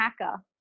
hacker